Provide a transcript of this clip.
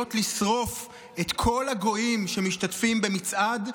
קריאות לשרוף את כל הגויים שמשתתפים במצעד,